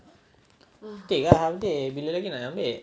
take lah half day bila lagi nak ambil